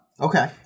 Okay